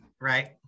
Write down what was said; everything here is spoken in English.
Right